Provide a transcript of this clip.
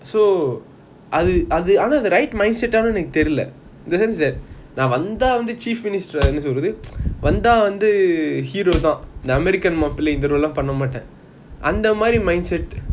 so அது அது ஆனா அது:athu athu aana athu right mindset eh தெரில:terila in the sense that நான் வந்த வந்து:naan vantha vanthu chief minister தான்:thaan இந்த:intha american மாப்பிள்ளை அந்த:mapillai antha role பண்ண மாட்டான் அந்த:panna maatan antha mindset